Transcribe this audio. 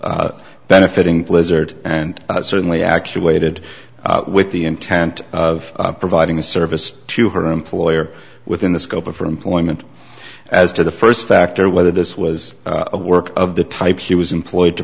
benefiting blizzard and certainly actuated with the intent of providing a service to her employer within the scope of her employment as to the first factor whether this was a work of the type she was employed to